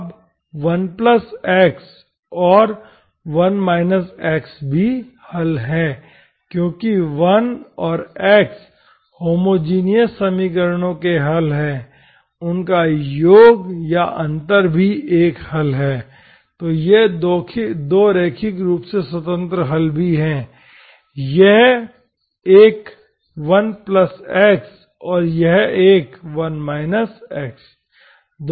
अब 1 x और 1 x भी हल हैं क्योंकि 1 और x होमोजिनियस समीकरणों के हल हैं उनका योग या अंतर भी एक हल है और ये दो रैखिक रूप से स्वतंत्र हल भी हैं यह एक 1x और यह एक 1 x